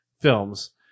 films